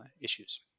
issues